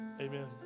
Amen